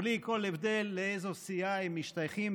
בלי כל הבדל לאיזו סיעה הם משתייכים,